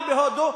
גם בהודו,